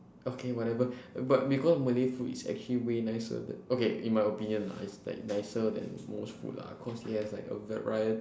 okay whatever but because malay food is actually way nicer th~ okay in my opinion lah it's like nicer then most food lah cause it has like a variety